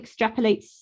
extrapolates